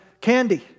candy